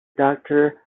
doctor